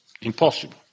impossible